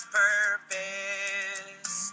purpose